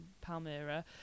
Palmyra